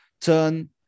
turn